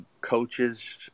Coaches